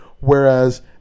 Whereas